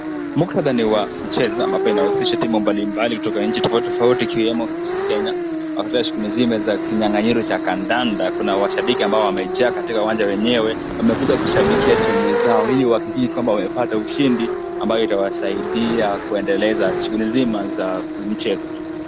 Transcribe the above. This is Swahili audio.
Muktadha ni wa mchezo ambapo inahusisha timu mbalimbali kutoka nchi tofauti ikiwemo Kenya. Katika shughuli zima za kinyang'anyiro cha kandanda. Kuna washabiki ambao wamejaa katika uwanja wenyewe. Wamekuja kushabikia timu zao ili wadhibiti kwamba wamepata ushindi ambayo itawasaidia kuendeleza shughuli nzima za michezo.